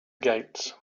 gates